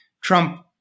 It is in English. Trump